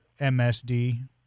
msd